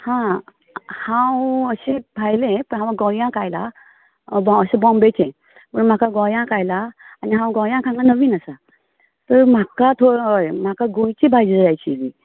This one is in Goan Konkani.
हां हांव अशेंच आयलें तर हांव गोंयांंक आयलां मड बाॅम्बेचें म्हाका गोंयांक आयलां आनी हांव गोंयांक हांगा नवीन आसा तर म्हाका होय म्हाका गोंयची भाजी जाय आशिल्ली